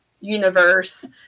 universe